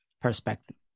perspective